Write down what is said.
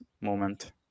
moment